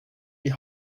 die